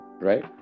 right